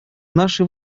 наши